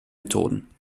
methoden